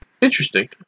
Interesting